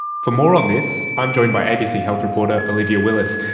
for more on this, i'm joined by abc health reporter olivia willis.